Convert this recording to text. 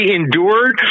endured